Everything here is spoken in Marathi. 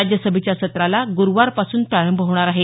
राज्यसभेच्या सत्राला ग्रुवारपासून प्रारंभ होणार आहे